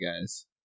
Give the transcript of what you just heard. guys